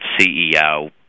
CEO